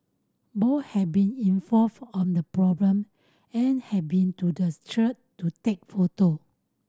both have been informed of the problem and have been to the church to take photo